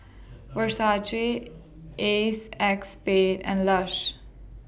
Versace ACEXSPADE and Lush